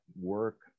work